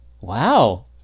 Wow